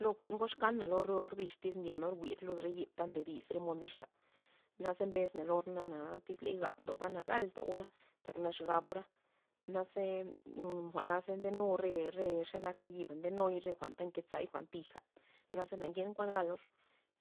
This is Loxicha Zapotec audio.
Lo jwa'n ngox kana lo re orbix tyz ndyenor jwi'r lud re yib ta ndedis re mon bixa, naze mbesna lor na na tyz ley gap ndoba na galta ora taknax gabora, naze jwa'na ze ndenu re xe nak re yiba nde nuy re jwa'nta nkezay tija, naze na ngenka kuan galor